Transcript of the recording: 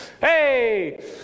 Hey